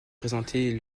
présentée